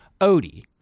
Odie